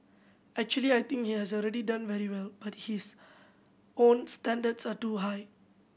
actually I think he has already done very well but his own standards are too high